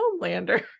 homelander